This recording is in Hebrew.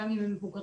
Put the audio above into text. שגם אם הם מבוגרים,